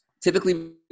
typically